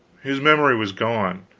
his memory was gone,